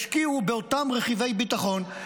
ישקיעו באותם רכיבי ביטחון.